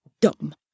dumb